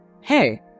hey